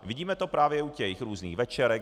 Vidíme to právě u těch různých večerek.